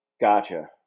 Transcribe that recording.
Gotcha